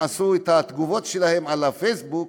כתבו את התגובות שלהם בפייסבוק,